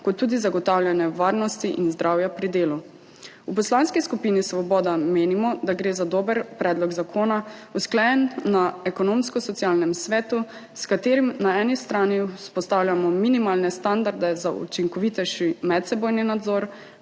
kot tudi zagotavljanja varnosti in zdravja pri delu. V Poslanski skupini Svoboda menimo, da gre za dober predlog zakona, usklajen na Ekonomsko-socialnem svetu, s katerim na eni strani vzpostavljamo minimalne standarde za učinkovitejši medsebojni nadzor,